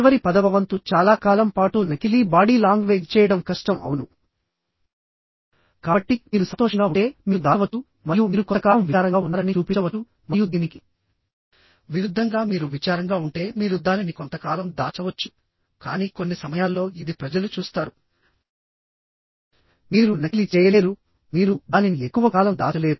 చివరి పదవ వంతు చాలా కాలం పాటు నకిలీ బాడీ లాంగ్వేజ్ చేయడం కష్టం అవును కాబట్టి మీరు సంతోషంగా ఉంటే మీరు దాచవచ్చు మరియు మీరు కొంతకాలం విచారంగా ఉన్నారని చూపించవచ్చు మరియు దీనికి విరుద్ధంగా మీరు విచారంగా ఉంటే మీరు దానిని కొంతకాలం దాచవచ్చు కానీ కొన్ని సమయాల్లో ఇది ప్రజలు చూస్తారు మీరు నకిలీ చేయలేరు మీరు దానిని ఎక్కువ కాలం దాచలేరు